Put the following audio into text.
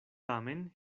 tamen